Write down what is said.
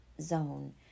zone